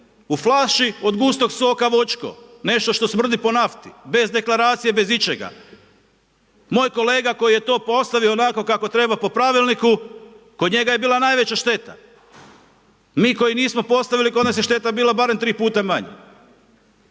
U flaši od gustog soka voćko, nešto što smrdi po nafti, bez deklaracije, bez ičega. Moj kolega koji je to postavio onako kako treba po Pravilniku, kod njega je bila najveća šteta. Mi koji nismo postavili, kod nas je šteta bila barem tri puta manja.